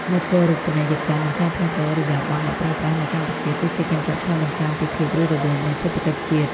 នគរូបនីយកម្ម និងការផ្លាស់ប្តូរឥរិយាបថអ្នកប្រើប្រាស់នៅកម្ពុជា គឺជាកញ្ចក់ឆ្លុះបញ្ចាំងពីភាពរស់រវើកនៃសេដ្ឋកិច្ចជាតិ។